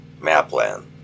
Mapland